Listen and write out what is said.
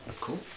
Cool